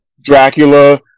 Dracula